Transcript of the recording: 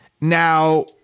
Now